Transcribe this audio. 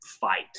fight